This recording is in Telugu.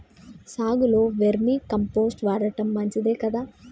సాగులో వేర్మి కంపోస్ట్ వాడటం మంచిదే కదా?